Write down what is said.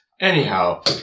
Anyhow